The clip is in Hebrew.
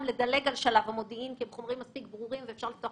לדלג על שלב המודיעין כי הם מספיק ברורים בשביל לפתוח